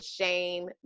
shame